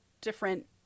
different